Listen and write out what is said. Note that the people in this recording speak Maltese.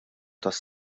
tas